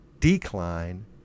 Decline